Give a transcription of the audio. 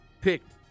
picked